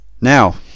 now